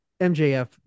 mjf